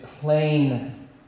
plain